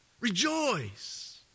Rejoice